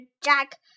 Jack